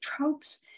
tropes